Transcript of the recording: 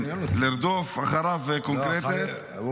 לרדוף אחריו קונקרטית?